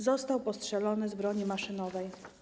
Został postrzelony z broni maszynowej.